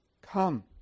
come